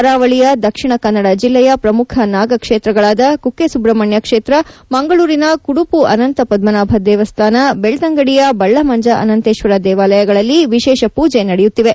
ಕರಾವಳಿಯ ದಕ್ಷಿಣ ಕನ್ನಡ ಜಿಲ್ಲೆಯ ಪ್ರಮುಖ ನಾಗ ಕ್ಷೇತ್ರಗಳಾದ ಕುಕ್ಕೆ ಸುಬ್ರಹ್ಮಣ್ಯ ಕ್ಷೇತ್ರ ಮಂಗಳೂರಿನ ಕುಡುಪು ಅನಂತ ಪದ್ಮನಾಭ ದೇವಸ್ಥಾನ ಬೆಳ್ತಂಗಡಿಯ ಬಳ್ಳಮಂಜ ಅನಂತೇಶ್ವರ ದೇವಾಲಯಗಳಲ್ಲಿ ವಿಶೇಷ ಪೂಜೆ ನಡೆಯುತ್ತಿವೆ